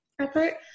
effort